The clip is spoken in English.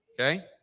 Okay